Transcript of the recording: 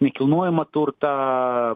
nekilnojamą turtą